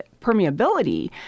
permeability